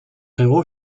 héros